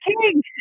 king